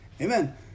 Amen